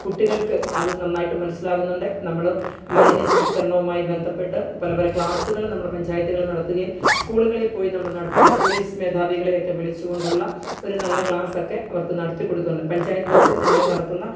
കുട്ടികള്ക്ക് അത് നന്നായിട്ട് മനസ്സിലാകുന്നുണ്ട് നമ്മൾ മാലിന്യ സംസ്കരണവുമായി ബന്ധപ്പെട്ട് പലപല ക്ലാസുകൾ നമ്മൾ പഞ്ചായത്തുകൾ നടത്തുകയും സ്കൂളുകളില് പോയി നമ്മൾ നടത്തി പോലീസ് മേധാവികളെ ഒക്കെ വിളിച്ചു കൊണ്ടുള്ള ഒരു നല്ല ക്ലാസ്സൊക്കെ അവര്ക്ക് നടത്തി കൊടുക്കുന്നത് പഞ്ചായത്ത് തലത്തില് ഞങ്ങള് നടത്തുന്ന